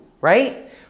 right